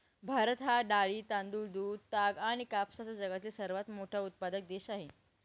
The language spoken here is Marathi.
भारत हा डाळी, तांदूळ, दूध, ताग आणि कापसाचा जगातील सर्वात मोठा उत्पादक देश आहे